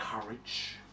courage